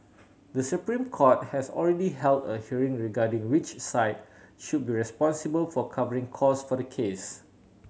The Supreme Court has already held a hearing regarding which side should be responsible for covering costs for the case